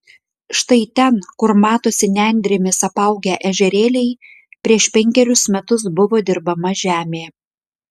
štai ten kur matosi nendrėmis apaugę ežerėliai prieš penkerius metus buvo dirbama žemė